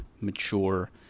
mature